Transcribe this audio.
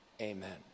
Amen